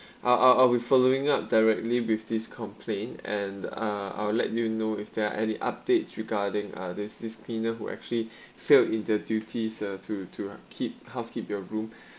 I'll I'll I'll be following up directly with this complaint and uh I'll let you know if there are any updates regarding uh this this cleaner who actually failed in the duties uh to to keep housekeep your room